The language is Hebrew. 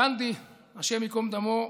גנדי, השם ייקום דמו,